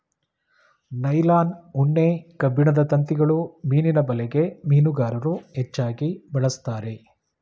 nylon, ಉಣ್ಣೆ, ಕಬ್ಬಿಣದ ತಂತಿಗಳು ಮೀನಿನ ಬಲೆಗೆ ಮೀನುಗಾರರು ಹೆಚ್ಚಾಗಿ ಬಳಸ್ತರೆ